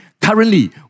Currently